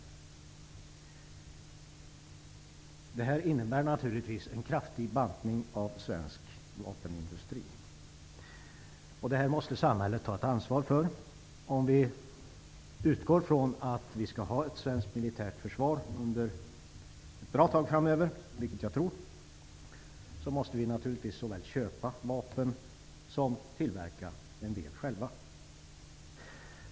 Vår ståndpunkt innebär naturligtvis en kraftig bantning av svensk vapenindustri, som samhället måste ta ansvar för. Om vi utgår från att vi skall ha ett svenskt militärt försvar ett bra tag framöver, vilket jag tror, måste vi såväl köpa som själva tillverka en del vapen.